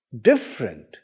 different